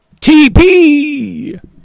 tp